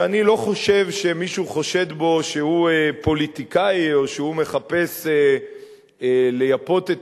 שאני לא חושב שמישהו חושד בו שהוא פוליטיקאי או שהוא מחפש לייפות את